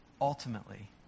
ultimately